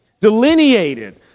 delineated